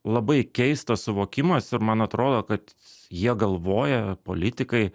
labai keistas suvokimas ir man atrodo kad jie galvoja politikai